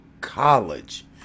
college